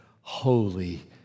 holy